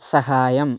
സഹായം